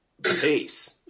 base